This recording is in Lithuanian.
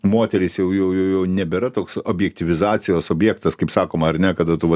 moterys jau jau jau jau nebėra toks objektyvizacijos objektas kaip sakoma ar ne kada tu vat